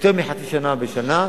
יותר מחצי שנה בשנה,